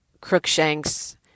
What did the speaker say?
Crookshanks